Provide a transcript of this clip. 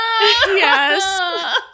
Yes